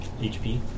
HP